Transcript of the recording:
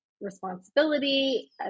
responsibility